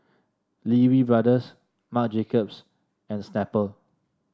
Lee Wee Brothers Marc Jacobs and Snapple